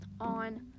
on